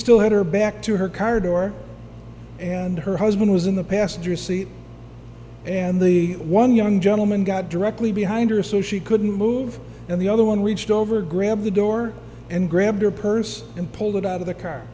still had her back to her car door and her husband was in the passenger seat and the one young gentleman got directly behind her so she couldn't move and the other one reached over grabbed the door and grabbed her purse and pulled it out of the car